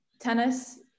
tennis